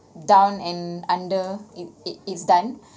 down and under it it is done